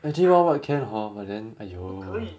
actually wild wild wet can hor but then !aiyo!